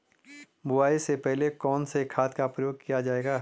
बुआई से पहले कौन से खाद का प्रयोग किया जायेगा?